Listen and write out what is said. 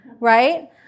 Right